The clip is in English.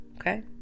okay